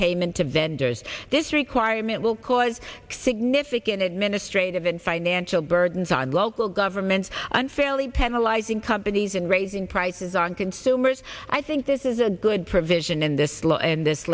payment to vendors this requirement will cause significant administrative and financial burdens on local governments unfairly penalize in companies and raising prices on consumers i think this is a good provision in this law and this